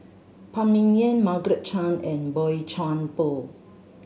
Phan Ming Yen Margaret Chan and Boey Chuan Poh